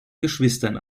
geschwistern